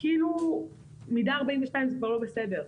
כאילו מידה 42 זה לא בסדר.